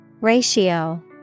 Ratio